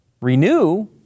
renew